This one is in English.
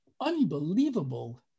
unbelievable